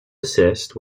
assist